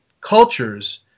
cultures